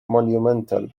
monumental